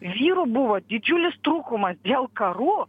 vyrų buvo didžiulis trūkumas dėl karų